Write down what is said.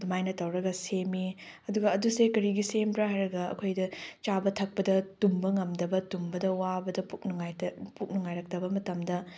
ꯑꯗꯨꯃꯥꯏꯅ ꯇꯧꯔꯒ ꯁꯦꯝꯃꯦ ꯑꯗꯨꯁꯦ ꯀꯔꯤꯒꯤ ꯁꯦꯝꯕ꯭ꯔꯥ ꯍꯥꯏꯔꯒ ꯑꯩꯈꯣꯏꯗ ꯆꯥꯕ ꯊꯛꯄꯗ ꯇꯨꯝꯕ ꯉꯝꯗꯕ ꯇꯨꯝꯕꯗ ꯋꯥꯕꯗ ꯄꯨꯛ ꯅꯨꯡꯉꯥꯏꯔꯛꯇꯕ ꯃꯇꯝꯗ